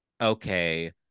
okay